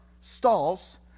stalls